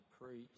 preach